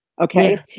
Okay